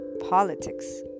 politics